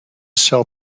sell